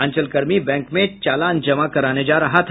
अंचल कर्मी बैंक में चालान जमा कराने जा रहा था